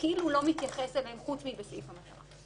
וכאילו הוא לא מתייחס אליהם חוץ מסעיף המטרה.